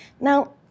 Now